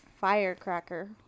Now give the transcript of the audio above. firecracker